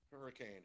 Hurricane